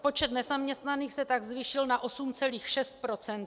Počet nezaměstnaných se tak zvýšil na 8,6 %.